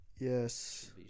Yes